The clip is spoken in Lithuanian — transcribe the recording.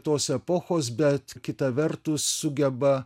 tos epochos bet kita vertus sugeba